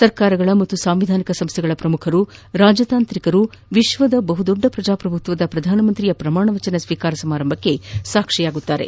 ಸರ್ಕಾರಗಳ ಹಾಗೂ ಸಾಂವಿಧಾನಿಕ ಸಂಸ್ದೆಗಳ ಪ್ರಮುಖರು ರಾಜತಾಂತ್ರಿಕರು ವಿಶ್ವದ ಬಹುದೊಡ್ಡ ಪ್ರಜಾಪ್ರಭುತ್ವದ ಪ್ರಧಾನಮಂತ್ರಿಯ ಪ್ರಮಾಣವಚನ ಸ್ವೀಕಾರ ಸಮಾರಂಭಕ್ಕೆ ಸಾಕ್ಷಿಯಾಗಲಿದ್ದಾರೆ